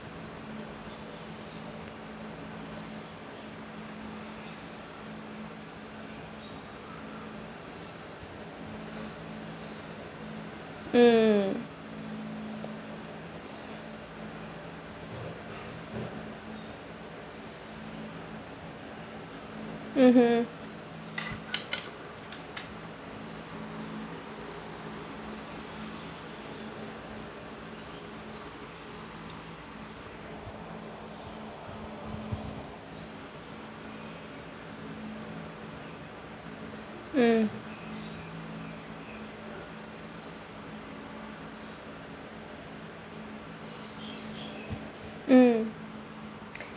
mm mmhmm mm mm